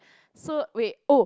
so wait oh